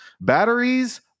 batteries